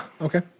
okay